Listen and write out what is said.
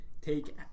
take